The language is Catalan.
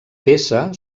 peça